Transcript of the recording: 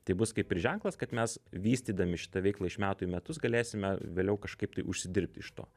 tai bus kaip ir ženklas kad mes vystydami šitą veiklą iš metų į metus galėsime vėliau kažkaip tai užsidirbti iš to